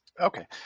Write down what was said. Okay